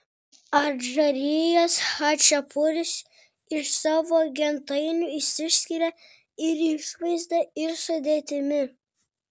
adžarijos chačapuris iš savo gentainių išsiskiria ir išvaizda ir sudėtimi